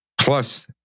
Plus